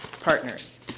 partners